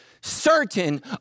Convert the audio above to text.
certain